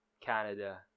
Canada